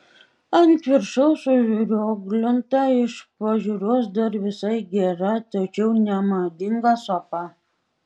ant viršaus užrioglinta iš pažiūros dar visai gera tačiau nemadinga sofa